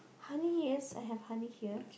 honey yes I have honey here